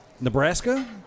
Nebraska